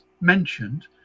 mentioned